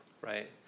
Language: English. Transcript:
Right